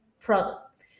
product